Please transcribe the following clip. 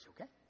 okay